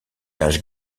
âges